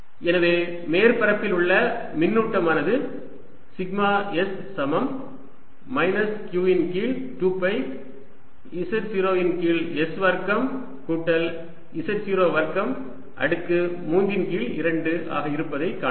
எனவே மேற்பரப்பில் உள்ள மின்னூட்டமானது சிக்மா s சமம் மைனஸ் q இன் கீழ் 2 பை z0 இன் கீழ் s வர்க்கம் கூட்டல் z0 வர்க்கம் அடுக்கு 3 இன் கீழ் 2 ஆக இருப்பதை காணலாம்